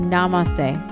Namaste